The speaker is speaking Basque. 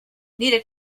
nire